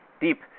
deep